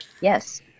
Yes